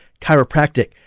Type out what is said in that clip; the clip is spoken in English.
Chiropractic